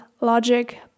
logic